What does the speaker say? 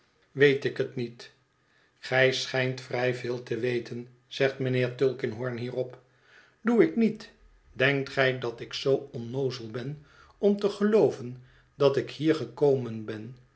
weet ik het niet gij schijnt vrij veelte weten zegt mijnheer tulkinghorn hierop doe ik niet denkt gij dat ik zoo onnoozel ben om te gelooven dat ik hier gekomen ben